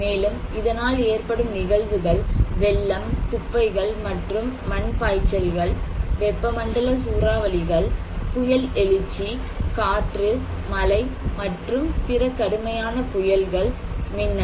மேலும் இதனால் ஏற்படும் நிகழ்வுகள் வெள்ளம் குப்பைகள் மற்றும் மண் பாய்ச்சல்கள் வெப்பமண்டல சூறாவளிகள் புயல் எழுச்சி காற்று மழை மற்றும் பிற கடுமையான புயல்கள் மின்னல்